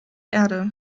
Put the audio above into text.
erde